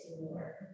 more